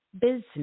business